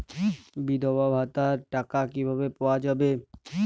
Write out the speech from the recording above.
বিধবা ভাতার টাকা কিভাবে পাওয়া যাবে?